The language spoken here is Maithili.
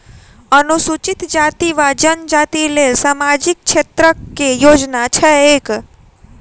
अनुसूचित जाति वा जनजाति लेल सामाजिक क्षेत्रक केँ योजना छैक?